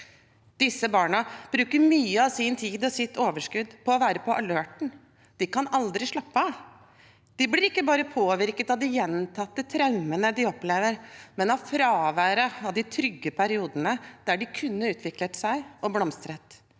Disse barna bruker mye av sin tid og sitt overskudd på å være på alerten. De kan aldri slappe av. De blir ikke bare påvirket av de gjentatte traumene de opplever, men av fraværet av de trygge periodene der de kunne utviklet seg og blomstret.